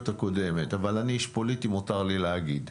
הקודמת אבל אני איש פוליטי ומותר לי להגיד.